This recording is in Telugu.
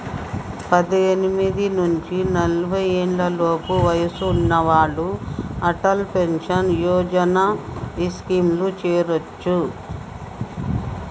పద్దెనిమిది నుంచి నలభై ఏళ్లలోపు వయసున్న వాళ్ళు అటల్ పెన్షన్ యోజన స్కీమ్లో చేరొచ్చు